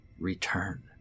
return